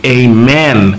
amen